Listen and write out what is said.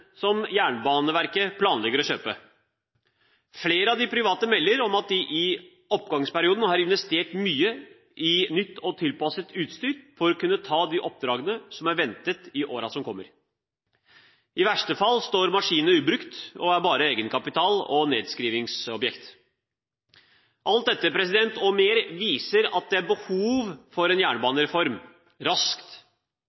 som Jernbaneverket planlegger å kjøpe. Flere av de private melder om at de i oppgangsperioden har investert mye i nytt og tilpasset utstyr for å kunne ta de oppdragene som er ventet i årene som kommer. I verste fall står maskinene ubrukt og er bare egenkapital og nedskrivningsobjekter. Alt dette og mer viser at det er behov for en